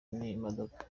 n’imodoka